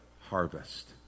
harvest